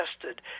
tested